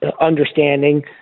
understanding